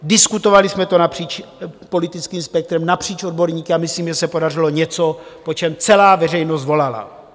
Diskutovali jsme to napříč politickým spektrem, napříč odborníky a myslím, že se podařilo něco, po čem celá veřejnost volala.